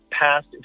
passed